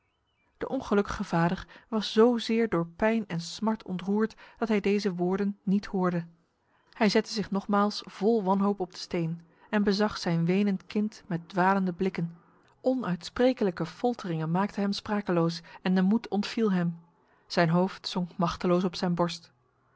de ongelukkige vader was zozeer door pijn en smart ontroerd dat hij deze woorden niet hoorde hij zette zich nogmaals vol wanhoop op de steen en bezag zijn wenend kind met dwalende blikken onuitsprekelijke folteringen maakten hem sprakeloos en de moed ontviel hem zijn hoofd zonk machteloos op zijn borst